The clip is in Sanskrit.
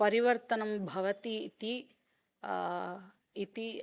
परिवर्तनं भवति इति इति